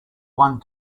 one